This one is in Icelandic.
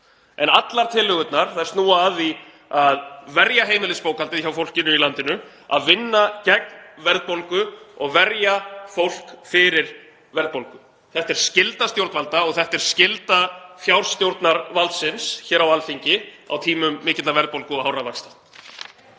En allar tillögurnar snúa að því að verja heimilisbókhaldið hjá fólkinu í landinu, vinna gegn verðbólgu og verja fólk fyrir verðbólgu. Þetta er skylda stjórnvalda og þetta er skylda fjárstjórnarvaldsins hér á Alþingi á tímum mikillar verðbólgu og hárra vaxta.